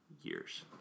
years